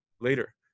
later